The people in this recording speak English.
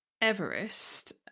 Everest